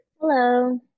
Hello